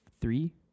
three